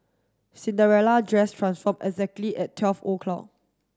Cinderella dress transformed exactly at twelve o'clock